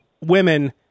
women